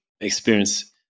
experience